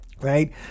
right